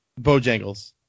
Bojangles